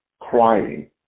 crying